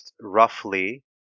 roughly